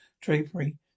drapery